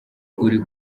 uri